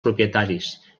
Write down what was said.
propietaris